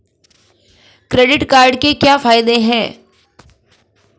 Credit card के क्या फायदे हैं?